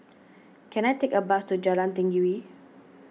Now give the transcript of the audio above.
can I take a bus to Jalan Tenggiri